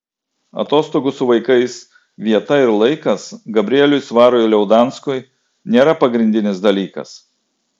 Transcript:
atostogų su vaikais vieta ir laikas gabrieliui svarui liaudanskui nėra pagrindinis dalykas